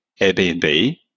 Airbnb